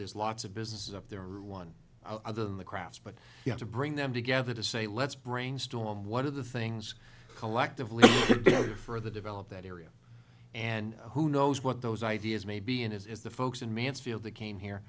there's lots of businesses up there are one other than the crafts but you have to bring them together to say let's brainstorm what are the things collectively further develop that area and who knows what those ideas may be and as is the folks in mansfield that came